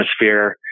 atmosphere